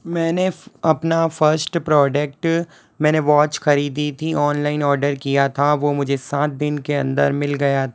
मैंने अपना first product मैंने वॉच ख़रीदी थी ऑनलाइन ऑर्डर किया था वो मुझे सात दिन के अंदर मिल गया था